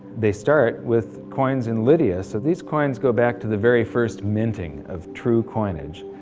they start with coins in lydia so these coins go back to the very first minting of true coinage.